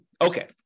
Okay